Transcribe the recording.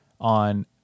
on